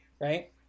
right